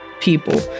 people